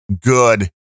good